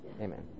Amen